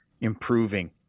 improving